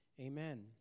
Amen